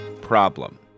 problem